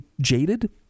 jaded